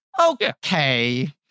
Okay